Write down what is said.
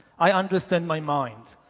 i understand my mind.